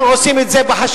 הם עושים את זה בחשכה,